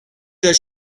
does